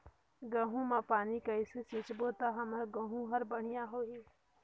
गहूं म पानी कइसे सिंचबो ता हमर गहूं हर बढ़िया होही?